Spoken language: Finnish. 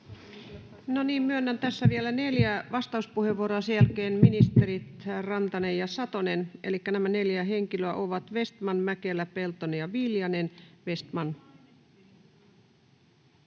myönnän tässä vielä neljä vastauspuheenvuoroa, ja sen jälkeen ministerit Rantanen ja Satonen. Elikkä nämä neljä henkilöä ovat Vestman, Mäkelä, Peltonen ja Viljanen.